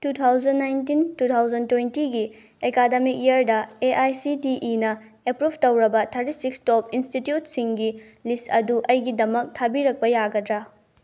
two thousand nineteen two thousand ꯇ꯭ꯋꯦꯟꯇꯤꯒꯤ academic ꯏꯌꯔꯗ A I ꯏꯤ ꯁꯤ ꯇꯤ ꯏꯤꯅ ꯑꯦꯄ꯭ꯔꯨꯐ ꯇꯧꯔꯕ ꯊꯥꯔꯇꯤ ꯁꯤꯛꯁ ꯇꯣꯞ ꯏꯟꯁꯇꯤꯇ꯭ꯌꯨꯠꯁꯤꯡꯒꯤ ꯂꯤꯁ ꯑꯗꯨ ꯑꯩꯒꯤꯗꯃꯛ ꯊꯥꯕꯤꯔꯛꯄ ꯌꯥꯒꯗ꯭ꯔꯥ